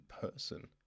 person